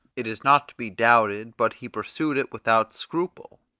it is not to be doubted but he pursued it without scruple,